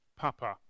Papa